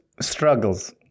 struggles